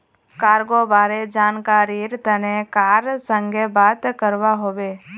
cargo बारे जानकरीर तने कार संगे बात करवा हबे